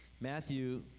Matthew